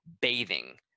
bathing